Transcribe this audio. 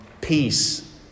Peace